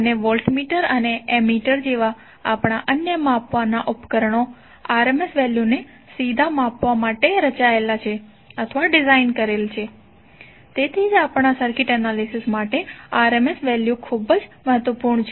અને વોલ્ટમીટર અને એમીમીટર જેવા આપણા અન્ય માપવાના ઉપકરણો RMS વેલ્યુને સીધા માપવા માટે રચાયેલ છે તેથી જ આપણા સર્કિટ એનાલિસિસ માટે RMS વેલ્યુ ખૂબ જ મહત્વપૂર્ણ છે